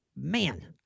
Man